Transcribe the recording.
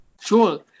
Sure